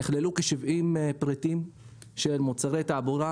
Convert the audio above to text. נכללו כ-70 פריטים של מוצרי תעבורה,